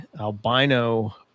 albino